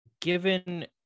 given